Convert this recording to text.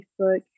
Facebook